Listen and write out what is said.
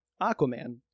aquaman